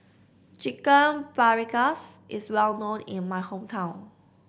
Chicken Paprikas is well known in my hometown